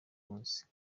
munsi